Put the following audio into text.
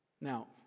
Now